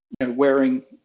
wearing